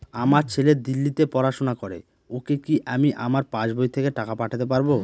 আমার ছেলে দিল্লীতে পড়াশোনা করে ওকে কি আমি আমার পাসবই থেকে টাকা পাঠাতে পারব?